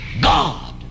God